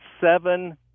seven